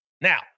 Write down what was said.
Now